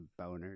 boners